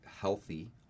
healthy